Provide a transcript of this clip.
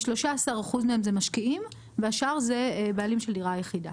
מהן כ-13% משקיעים והשאר בעלים של דירה יחידה.